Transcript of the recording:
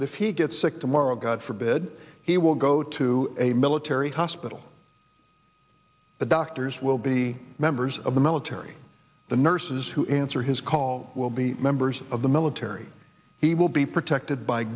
that if he gets sick tomorrow god forbid he will go to a military hospital the doctors will be members of the military the nurses who answer his call will be members of the military he will be protected by